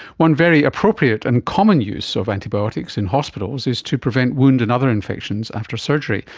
one very appropriate and common use of antibiotics in hospitals is to prevent wound and other infections after surgery,